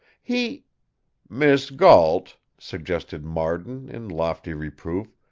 he miss gault, suggested marden in lofty reproof,